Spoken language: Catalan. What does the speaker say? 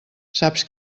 saps